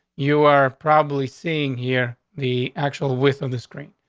you are probably seeing here the actual with of the screen.